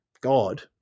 god